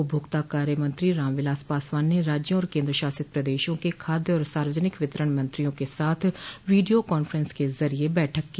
उपभोक्ता कार्य मंत्री रामविलास पासवान ने राज्यों और केन्द्र शासित प्रदेशों के खाद्य और सार्वजनिक वितरण मंत्रियों के साथ वीडियो कान्फ्रेंस के जरिए बैठक की